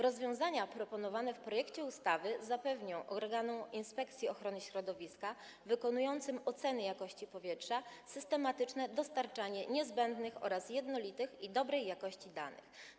Rozwiązania proponowane w projekcie ustawy zapewnią organom Inspekcji Ochrony Środowiska wykonującym oceny jakości powietrza systematyczne dostarczanie niezbędnych oraz jednolitych i dobrej jakości danych.